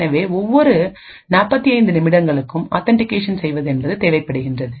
எனவே ஒவ்வொரு 45 நிமிடங்களுக்கும் ஆத்தன்டிகேஷன்செய்வது என்பது தேவைப்படுகின்றது